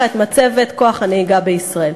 וכך להגדיל את מצבת כוח הנהיגה בישראל.